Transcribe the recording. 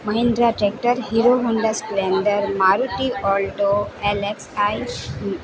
Mahindra tractor Hero Honda Splendor Maruti Alto LXI